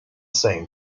same